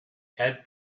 had